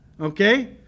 Okay